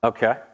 Okay